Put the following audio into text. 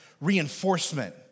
reinforcement